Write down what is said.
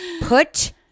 Put